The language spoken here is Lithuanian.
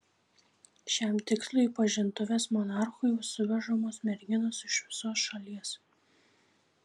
šiam tikslui į pažintuves monarchui suvežamos merginos iš visos šalies